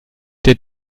der